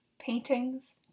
paintings